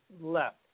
left